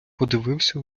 подивися